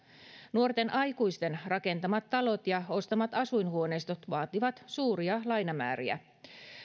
nuorten aikuisten rakentamat talot ja ostamat asuinhuoneistot vaativat suuria lainamääriä